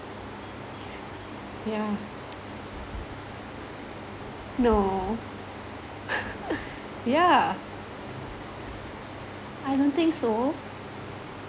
yeah no yeah I don't think so